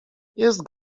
jest